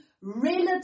relative